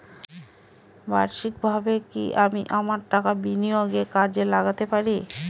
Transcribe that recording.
বার্ষিকভাবে কি আমি আমার টাকা বিনিয়োগে কাজে লাগাতে পারি?